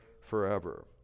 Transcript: forever